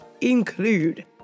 include